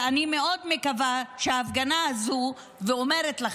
ואני מאוד מקווה ואומרת לכם שההפגנה הזו תתקיים.